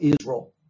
Israel